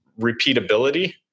repeatability